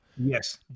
Yes